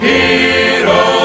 Hero